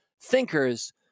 thinkers